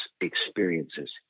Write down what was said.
experiences